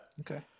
okay